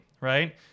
right